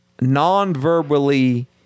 non-verbally